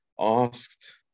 asked